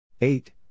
eight